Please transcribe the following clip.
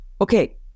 okay